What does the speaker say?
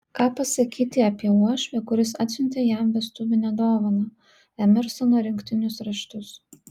ką pasakyti apie uošvį kuris atsiuntė jam vestuvinę dovaną emersono rinktinius raštus